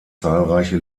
zahlreiche